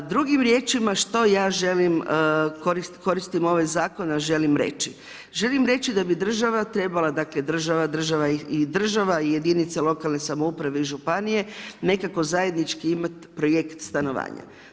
Drugim riječima, što ja želim koristim ovaj zakon, a želim reći, želim reći, da bi država trebala, dakle, država i država i jedinice lokalne samouprave i županije, nekako zajedničko imati projekt stanovanja.